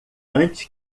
antes